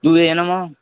तू ये ना मग